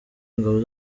ingabo